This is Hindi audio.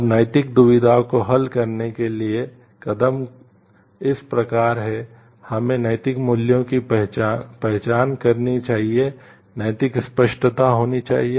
और नैतिक दुविधा को हल करने के लिए कदम इस प्रकार हैं हमें नैतिक मूल्यों की पहचान करनी चाहिए नैतिक स्पष्टता होनी चाहिए